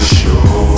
show